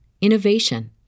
innovation